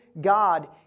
God